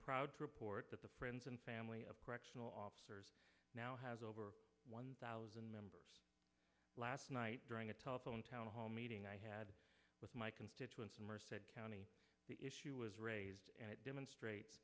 proud to report that the friends and family of correctional officers now has over one thousand members last night during a telephone town hall meeting i had with my constituents somerset county the issue was raised and it demonstrates